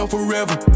forever